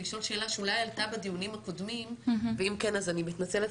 לשאול שאלה שאולי עלתה בדיונים הקודמים ואם כן אני מתנצלת,